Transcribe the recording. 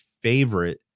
favorite